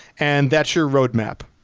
and that your roadmap.